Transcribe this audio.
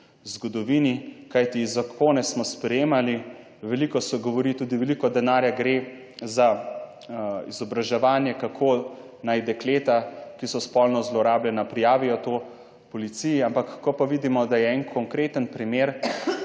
zgodovini, kajti zakone smo sprejemali, veliko se govori, tudi veliko denarja gre za izobraževanje, kako naj dekleta, ki so spolno zlorabljena, prijavijo to policiji, ampak ko pa vidimo, da je en konkreten primer